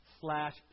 slash